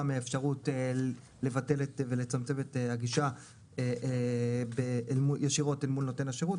מאפשרות לבטל ולצמצם את הגישה ישירות אל מול נותן השירות,